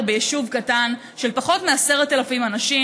ביישוב קטן של פחות מ-10,000 אנשים,